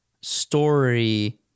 story